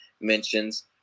mentions